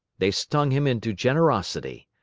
they stung him into generosity.